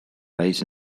lies